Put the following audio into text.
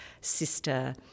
sister